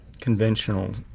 conventional